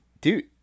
dude